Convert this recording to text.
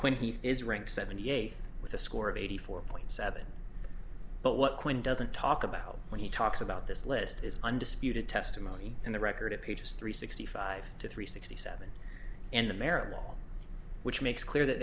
he is rank seventy eighth with a score of eighty four point seven but what quinn doesn't talk about when he talks about this list is undisputed testimony in the record of pages three sixty five to three sixty seven and the marital which makes clear that